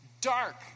dark